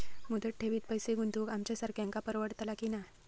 मुदत ठेवीत पैसे गुंतवक आमच्यासारख्यांका परवडतला की नाय?